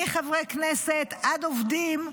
מחברי כנסת עד עובדים,